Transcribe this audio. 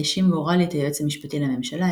האשים גורלי את היועץ המשפטי לממשלה,